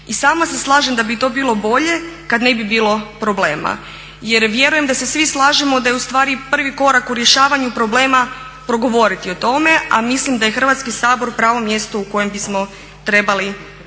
I sama se slažem da bi to bilo bolje kada ne bi bilo problema. Jer vjerujem da se svi slažemo da je ustvari prvi korak u rješavanju problema progovoriti o tome a mislim da je Hrvatski sabor pravo mjesto u kojem bismo trebali što